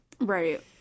right